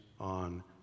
on